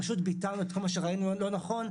פשוט ביטלנו את כל מה שראינו שהוא לא נכון,